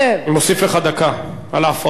אני מוסיף לך דקה על ההפרעות.